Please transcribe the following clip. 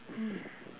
hmm